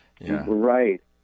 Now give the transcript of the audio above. Right